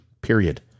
period